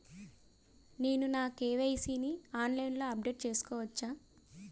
నేను నా కే.వై.సీ ని ఆన్లైన్ లో అప్డేట్ చేసుకోవచ్చా?